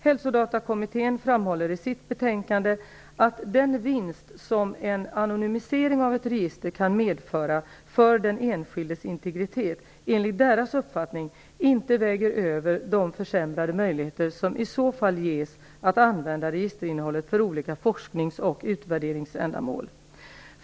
Hälsodatakommittén framhåller i sitt betänkande att den vinst som en anonymisering av ett register kan medföra för den enskildes integritet enligt deras uppfattning inte väger över de försämrade möjligheter som i så fall ges att använda registerinnehållet för olika forsknings och utvärderingsändamål.